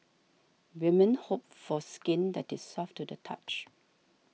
women hope for skin that is soft to the touch